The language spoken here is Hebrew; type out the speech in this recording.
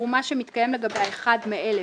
תרומה שמתקיים לגביה אחד מאלה",